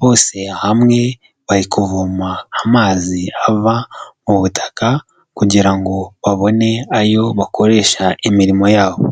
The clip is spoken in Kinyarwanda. bose hamwe bari kuvoma amazi ava mu butaka kugira ngo babone ayo bakoresha imirimo yabo.